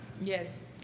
Yes